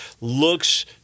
Looks